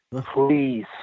Please